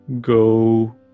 Go